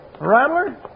rattler